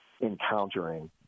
encountering